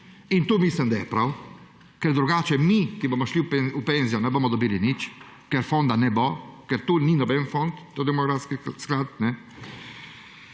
in to mislim, da je prav, ker drugače mi, ki bomo šli v penzijo, ne bomo dobili nič, ker fonda ne bo, ker to ni noben fond, ta demografski sklad, ker